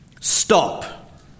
Stop